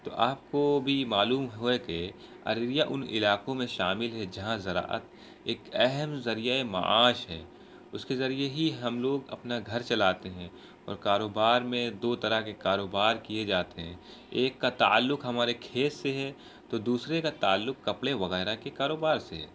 تو آپ کو بھی معلوم ہے کہ ارریا ان علاقوں میں شامل ہے جہاں زراعت ایک اہم ذریعہ معاش ہے اس کے ذریعے ہی ہم لوگ اپنا گھر چلاتے ہیں اور کاروبار میں دو طرح کے کاروبار کیے جاتے ہیں ایک کا تعلق ہمارے کھیت سے ہے تو دوسرے کا تعلق کپڑے وغیرہ کے کاروبار سے ہے